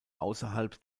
außerhalb